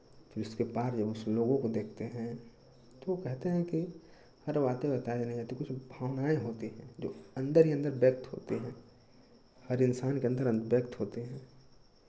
तो इसके पार उस लोगों को देखते हैं तो कहते हैं की हर बार तो वो आते रहता है देखिए ई भावनाएं होती है जो अन्दर ही अन्दर व्यक्त होती हैं हर इंसान के अन्दर हम व्यक्त होते है